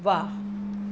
वाह